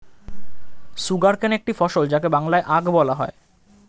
sugarcane একটি ফসল যাকে বাংলায় আখ বলা হয়